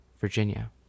Virginia